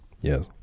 Yes